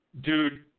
dude